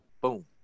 boom